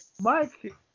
Mike